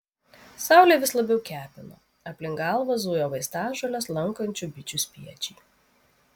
saulė vis labiau kepino aplink galvą zujo vaistažoles lankančių bičių spiečiai